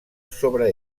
sobre